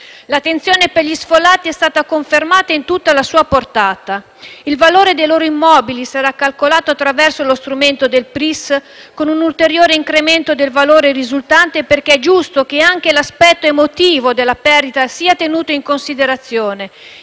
L’attenzione per gli sfollati è stata confermata in tutta la sua portata. Il valore dei loro immobili sarà calcolato attraverso lo strumento del Programma regionale di intervento strategico, con un ulteriore incremento del valore risultante, perché è giusto che anche l’aspetto emotivo della perdita sia tenuto in considerazione.